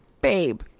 Babe